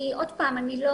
עוד פעם, אני לא